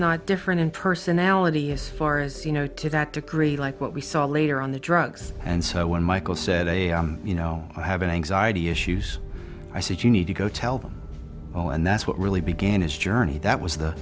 not different in personality as far as you know to that degree like what we saw later on the drugs and so when michael said you know i have an anxiety issues i said you need to go tell them all and that's what really began his journey that